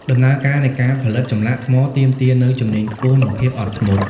ដំណើរការនៃការផលិតចម្លាក់ថ្មទាមទារនូវជំនាញខ្ពស់ និងភាពអត់ធ្មត់។